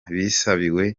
bibasiwe